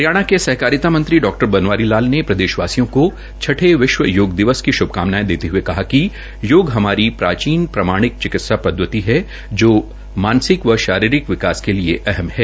हरियाणा के सहकारिता मंत्री डॉ बनवारी लाल ने प्रदेशवासियों को हये विश्व योग दिवस की शुभकामनायें दते हये कहा कि योग हमारी प्राचीन प्रमाणिक चिकित्सा पदवति है जो मानसिक व शारीरिक विकास के लिए अहम है